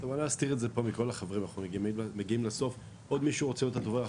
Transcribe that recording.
עוד מישהו רוצה לדבר?